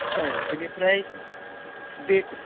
औ बिनिफ्राय बे